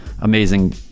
amazing